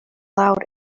out